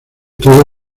todo